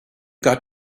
got